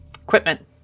equipment